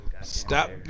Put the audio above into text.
Stop